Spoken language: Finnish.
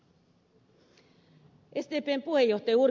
sdpn puheenjohtajan ed